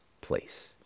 place